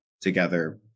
together